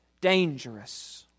dangerous